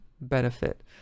benefit